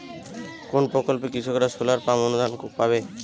কোন প্রকল্পে কৃষকরা সোলার পাম্প অনুদান পাবে?